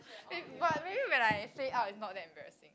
eh but really when I say out is not that embarrassing